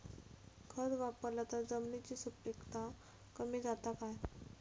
खत वापरला तर जमिनीची सुपीकता कमी जाता काय?